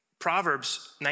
Proverbs